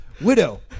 widow